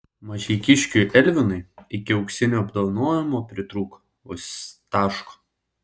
mažeikiškiui elvinui iki auksinio apdovanojimo pritrūko vos taško